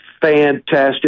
fantastic